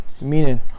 meaning